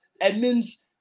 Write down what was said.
Edmonds